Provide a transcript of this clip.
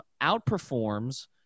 outperforms